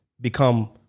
become